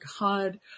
God